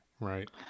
Right